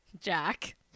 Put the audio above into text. Jack